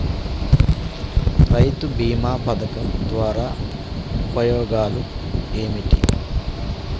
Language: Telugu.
రైతు బీమా పథకం ద్వారా ఉపయోగాలు ఏమిటి?